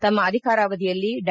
ತಮ್ಮ ಅಧಿಕಾರಾವಧಿಯಲ್ಲಿ ಡಾ